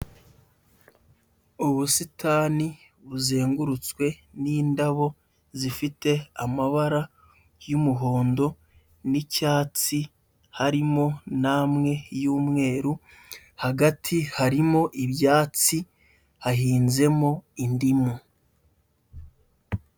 Ubusitani buzengurutswe n'indabo zifite amabara y'umuhondo n'icyatsi, harimo n'amwe y'umweru, hagati harimo ibyatsi, hahinzemo indimu.